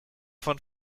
von